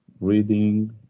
reading